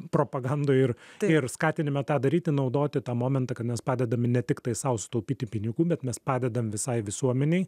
propagandoj ir tai ir skatinime tą daryti naudoti tą momentą kad mes padedame ne tiktai sau sutaupyti pinigų bet mes padedam visai visuomenei